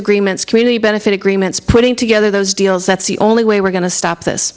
agreements community benefit agreements putting together those deals that's the only way we're going to stop this